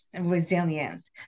resilience